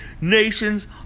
nations